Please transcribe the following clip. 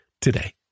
today